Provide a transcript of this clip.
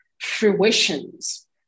Fruitions